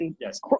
yes